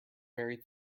very